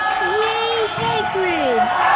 yay hagrid!